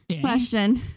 Question